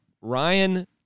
Ryan